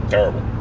Terrible